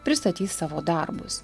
pristatys savo darbus